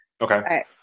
Okay